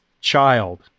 Child